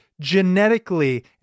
genetically